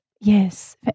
Yes